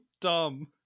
dumb